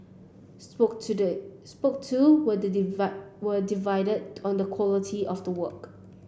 spoke to day spoke to were were divided on the quality of the work